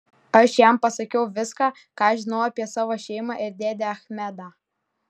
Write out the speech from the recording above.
aš jam pasakiau viską ką žinojau apie savo šeimą ir dėdę achmedą